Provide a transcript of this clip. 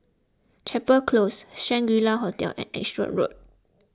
Chapel Close Shangri La Hotel and Edgware Road